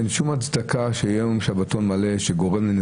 אין שום הצדקה שיהיה יום שבתון מלא